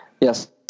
Yes